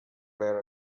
wear